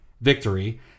victory